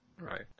Right